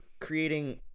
creating